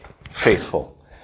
faithful